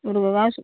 उरगास